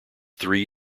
three